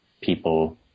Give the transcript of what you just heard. people